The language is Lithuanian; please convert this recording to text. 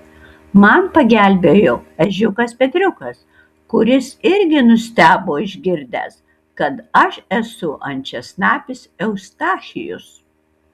man pagelbėjo ežiukas petriukas kuris irgi nustebo išgirdęs kad aš esu ančiasnapis eustachijus